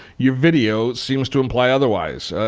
your video seems to imply otherwise.